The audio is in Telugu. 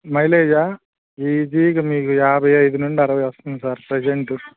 మైలేజా ఈజీగా మీకు యాభై ఐదు నుండి అరవై వస్తుంది సార్ ప్రెసెంటు